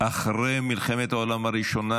אחרי מלחמת העולם הראשונה,